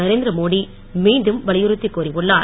நரேந்திரமோடி மீண்டும் வலியுறுத்திக் கூறியுள்ளார்